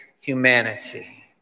humanity